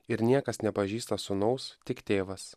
ir niekas nepažįsta sūnaus tik tėvas